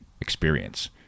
experience